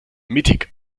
mittig